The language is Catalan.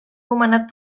nomenat